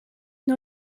une